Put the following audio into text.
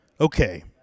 okay